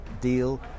deal